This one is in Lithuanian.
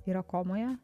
yra komoje